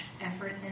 effort